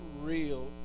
real